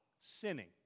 sinning